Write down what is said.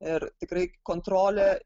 ir tikrai kontrolė